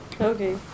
okay